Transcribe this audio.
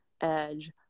edge